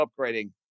upgrading